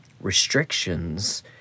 restrictions